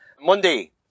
Monday